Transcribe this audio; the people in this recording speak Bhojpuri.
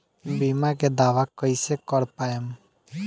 बीमा के दावा कईसे कर पाएम?